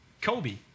Kobe